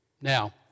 Now